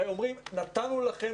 הרי אומרים: נתנו לכם,